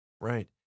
right